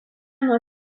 nuo